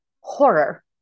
horror